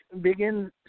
begin